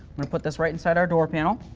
and to put this right inside our door panel.